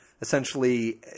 essentially